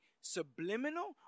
subliminal